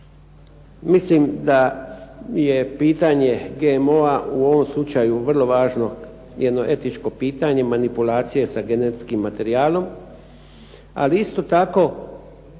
Mislim da je pitanje GMO-a u ovom slučaju vrlo važno jedno etičko pitanje, manipulacije sa genetskim materijalom, ali isto tako